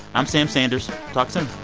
i'm sam sanders. talk so